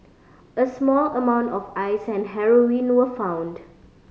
a small amount of Ice and heroin were found